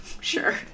Sure